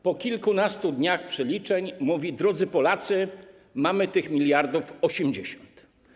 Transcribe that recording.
Po kilkunastu dniach przeliczeń mówi: Drodzy Polacy, mamy tych miliardów 80.